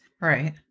Right